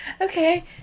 okay